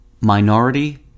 Minority